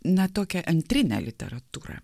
na tokia antrinė literatūra